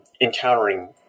encountering